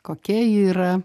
kokia ji yra